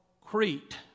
Crete